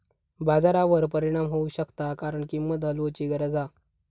बाजारावर परिणाम होऊ शकता कारण किंमत हलवूची गरज हा